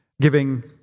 giving